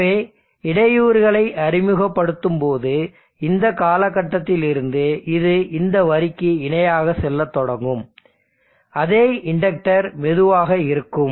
எனவே இடையூறுகளை அறிமுகப்படுத்தும்போது இந்த கட்டத்தில் இருந்து இது இந்த வரிக்கு இணையாக செல்லத் தொடங்கும் அதே இண்டக்டர் மெதுவாக இருக்கும்